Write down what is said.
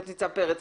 תת ניצב פרץ,